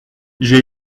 j’ai